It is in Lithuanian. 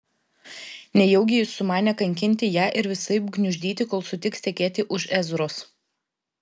nejaugi jis sumanė kankinti ją ir visaip gniuždyti kol sutiks tekėti už ezros